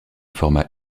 format